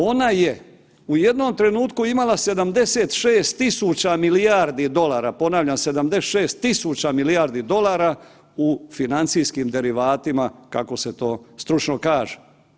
Ona je u jednom trenutku imala 76.000 milijardi dolara, ponavljam 76.000 milijardi dolara u financijskim derivatima, kako se to stručno kaže.